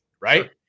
right